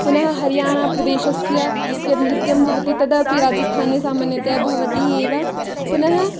पुनः हर्याणाप्रदेशस्य यद् नृत्यं भवति तदपि राजस्थाने सामान्यतया भवति एव पुनः